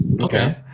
okay